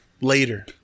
later